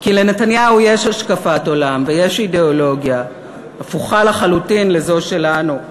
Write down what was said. כי לנתניהו יש השקפת עולם ויש אידיאולוגיה הפוכה לחלוטין מזו שלנו,